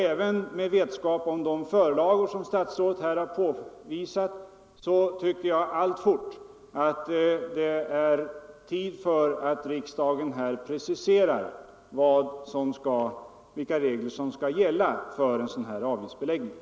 Även med vetskap om de förlagor som statsrådet här har påvisat tycker jag alltfort att tiden är mogen för riksdagen att precisera vilka regler som skall gälla för en sådan avgiftsbeläggning.